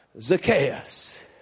Zacchaeus